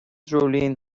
dreoilín